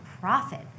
profit